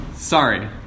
Sorry